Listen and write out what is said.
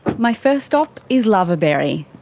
my first stop is luvaberry,